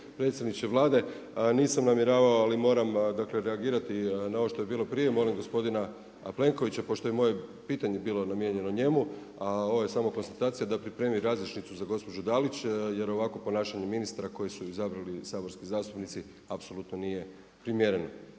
predsjedniče Vlade. Nisam namjeravao ali moram reagirati na ovo što je bilo prije, molim gospodina Plenkovića pošto je moje pitanje bilo namijenjeno njemu, a ovo je samo konstatacija da pripremi … za gospođu Dalić jer ovako ponašanje ministra koje su izabrali saborski zastupnici apsolutno nije primjereno